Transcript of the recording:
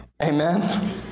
Amen